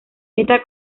esta